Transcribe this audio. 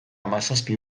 hamazazpi